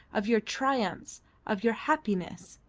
of your triumphs of your happiness.